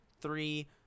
three